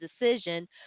decision